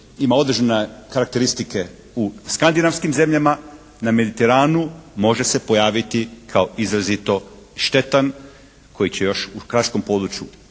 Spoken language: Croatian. ima određene karakteristike u Skandinavskim zemljama, na Mediteranu može se pojaviti kao izrazito štetan koji će još u kraškom području